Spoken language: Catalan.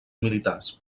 militars